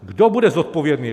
Kdo bude zodpovědný.